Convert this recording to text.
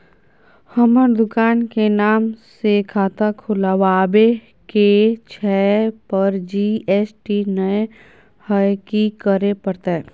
हमर दुकान के नाम से खाता खुलवाबै के छै पर जी.एस.टी नय हय कि करे परतै?